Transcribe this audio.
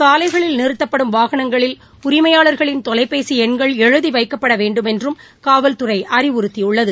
சாலைகளில் நிறுத்தப்படும் வாகனங்களில் உரிமையாளர்களின் தொலைபேசி எண்களை எழுதி வைக்கப்பட வேண்டுமென்றும் காவல்துறை அறிவுறுத்தியுள்ளது